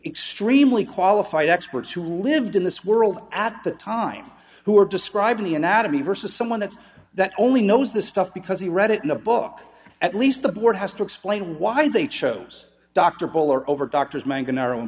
extremely qualified experts who lived in this world at the time who are describing the anatomy versus someone that's that only knows this stuff because he read it in a book at least the board has to explain why they chose dr bowler over doctors mangan our own